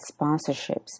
sponsorships